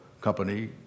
company